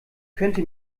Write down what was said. könnte